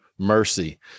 mercy